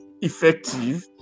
effective